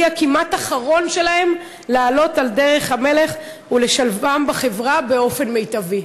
הכמעט-אחרון שלהם לעלות על דרך המלך ולהשתלב בחברה באופן מיטבי?